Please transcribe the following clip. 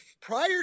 prior